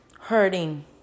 hurting